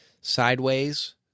sideways